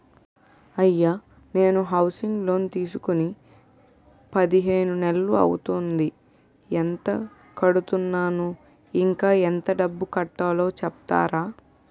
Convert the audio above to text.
అయ్యా నేను housing loan తీసుకొని పదిహేను నెలలు అవుతోందిఎంత కడుతున్నాను, ఇంకా ఎంత డబ్బు కట్టలో చెప్తారా?